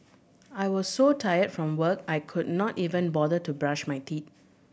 I was so tired from work I could not even bother to brush my teeth